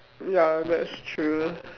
ya that's true